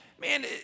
Man